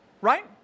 right